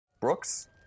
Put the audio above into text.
Brooks